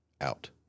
out